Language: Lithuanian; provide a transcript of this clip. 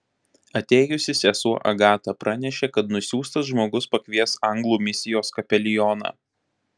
atėjusi sesuo agata pranešė kad nusiųstas žmogus pakvies anglų misijos kapelioną